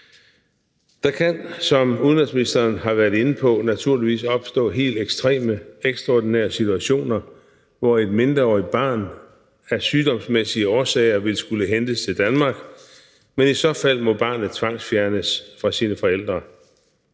Der kan, som udenrigsministeren har været inde på, naturligvis opstå helt ekstreme, ekstraordinære situationer, hvor et mindreårigt barn af sygdomsmæssige årsager vil skulle hentes til Danmark, men i så fald må barnet tvangsfjernes fra sine forældre.